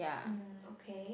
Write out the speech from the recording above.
um okay